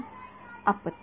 विद्यार्थीः आपत्ती